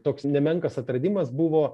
toks nemenkas atradimas buvo